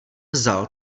vzal